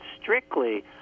strictly